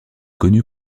connu